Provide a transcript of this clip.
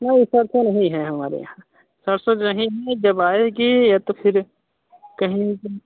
नहीं सरसों नहीं है हमारे यहाँ सरसों नहीं है जब आएगी या तो फिर कहीं भी